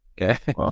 Okay